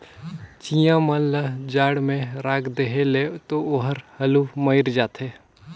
चिंया मन ल जाड़ में राख देहे ले तो ओहर हालु मइर जाथे